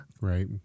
Right